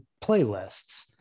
playlists